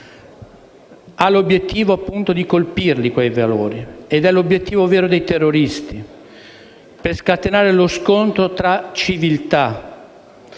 ha l'obiettivo, appunto, di colpire quei valori ed è l'obiettivo vero dei terroristi, per scatenare lo scontro tra civiltà;